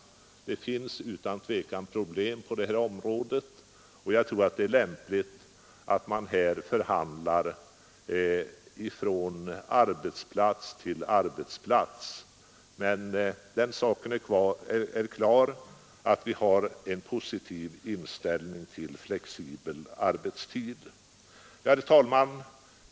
Det finns utan tvivel problem på detta område, och jag tror det är lämpligt att man där förhandlar från arbetsplats till arbetsplats. Men att vi har en positiv inställning till flexibel arbetstid, den saken är klar. Herr talman!